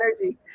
energy